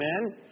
Amen